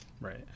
Right